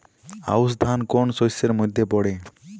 আউশ ধান কোন শস্যের মধ্যে পড়ে?